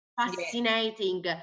fascinating